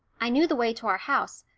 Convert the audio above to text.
i knew the way to our house,